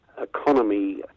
economy